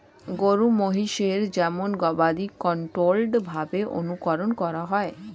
গরু মহিষের যেমন গবাদি কন্ট্রোল্ড ভাবে অনুকরন করা হয়